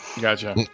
Gotcha